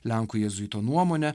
lenkų jėzuito nuomone